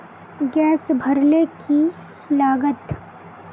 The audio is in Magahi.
गैस भरले की लागत?